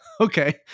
okay